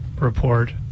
report